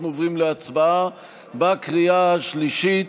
אנחנו עוברים להצבעה בקריאה השלישית,